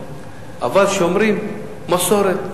זעקתם של ראשי הרשויות היא צודקת,